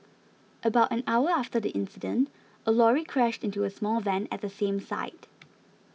about an hour after the incident a lorry crashed into a small van at the same site